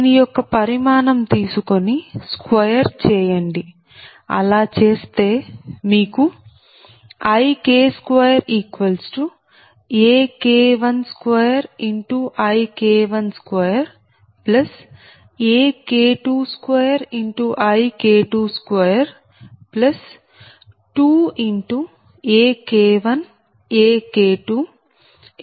దీని యొక్క పరిమాణం తీసుకుని స్క్వేర్ చేయండి అలా చేస్తే మీకుIK2AK12IK12AK22IK222AK1AK2IK1IK21 2 పరిమాణం లభిస్తుంది